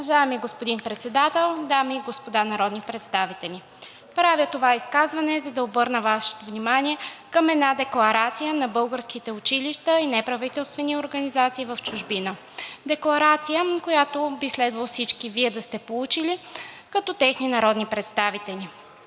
Уважаеми господин Председател, дами и господа народни представители! Правя това изказване, за да обърна Вашето внимание към една декларация на българските училища и неправителствени организации в чужбина. Декларация, която би следвало всички Вие да сте получили като техни народни представители.